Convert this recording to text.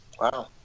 Wow